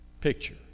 picture